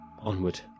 Onward